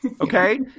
Okay